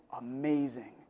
amazing